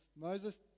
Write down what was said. Moses